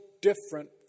different